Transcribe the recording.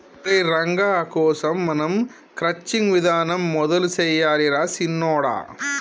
ఒరై రంగ కోసం మనం క్రచ్చింగ్ విధానం మొదలు సెయ్యాలి రా సిన్నొడా